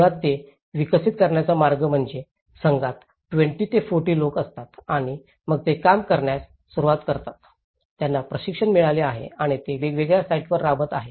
मुळात ते विकसित करण्याचा मार्ग म्हणजे संघात 20 ते 40 लोक असतात आणि मग ते काम करण्यास सुरवात करतात त्यांना प्रशिक्षण मिळालं आहे आणि ते वेगवेगळ्या साइटवर राबवत आहेत